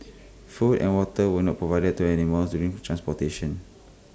food and water were not provided to animals during transportation